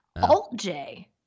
Alt-J